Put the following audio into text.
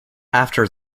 after